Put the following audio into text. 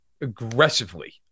Aggressively